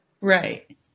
Right